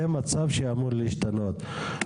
זה מצב שאמור להשתנות.